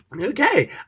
Okay